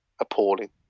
appalling